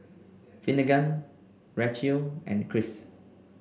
Finnegan Racheal and Cris